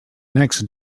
next